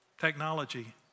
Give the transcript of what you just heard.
Technology